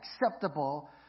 acceptable